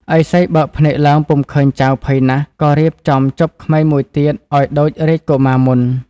ឥសីបើកភ្នែកឡើងពុំឃើញចៅភ័យណាស់ ក៏រៀបចំជបក្មេងមួយទៀតឱ្យដូចរាជកុមារមុន។